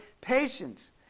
patience